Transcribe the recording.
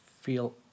feel